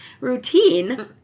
routine